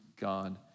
God